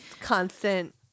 constant